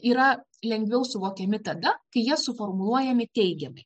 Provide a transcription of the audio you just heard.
yra lengviau suvokiami tada kai jie suformuluojami teigiamai